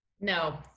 no